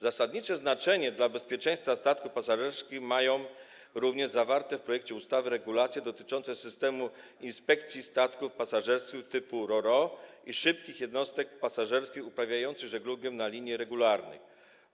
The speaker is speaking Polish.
Zasadnicze znaczenie dla bezpieczeństwa statków pasażerskich mają również zawarte w projekcie ustawy regulacje dotyczące systemu inspekcji statków pasażerskich typu ro-ro i szybkich jednostek pasażerskich uprawiających żeglugę na liniach regularnych.